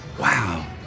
wow